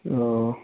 ओ